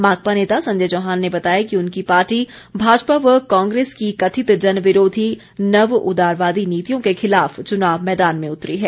माकपा नेता संजय चौहान ने बताया कि उनकी पार्टी भाजपा व कांग्रेस की कथित जनविरोधी नवउदारवादी नीतियों के खिलाफ चुनाव मैदान में उतरी है